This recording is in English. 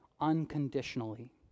unconditionally